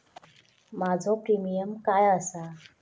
माझो प्रीमियम काय आसा?